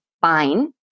fine